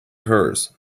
hers